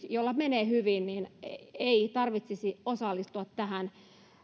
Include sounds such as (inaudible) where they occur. (unintelligible) jolla menee hyvin ei tarvitsisi osallistua tähän